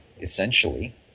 essentially